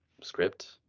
script